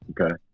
okay